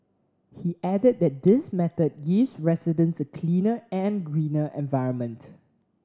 he added that this method gives residents a cleaner and greener environment